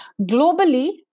Globally